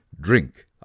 Drink